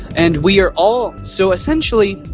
and we are all. so essentially.